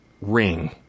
Ring